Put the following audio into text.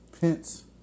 Pence